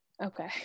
Okay